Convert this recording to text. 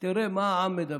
תראה מה העם מדבר.